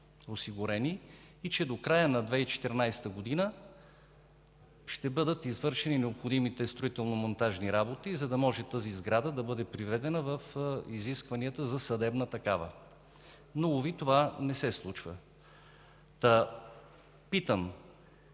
осигурени и до края на 2014 г. ще бъдат извършени необходимите строително-монтажни работи, за да може тази сграда да бъде приведена към изискванията за съдебна такава. Но, уви, това не се случва. Питам: